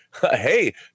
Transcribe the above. Hey